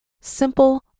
simple